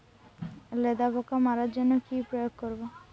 লেদা পোকা মারার জন্য কি প্রয়োগ করব?